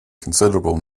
considerable